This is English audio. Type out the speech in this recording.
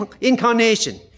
incarnation